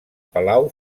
palau